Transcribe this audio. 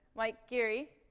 mike geary.